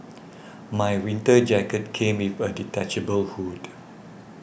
my winter jacket came with a detachable hood